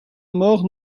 mort